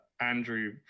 Andrew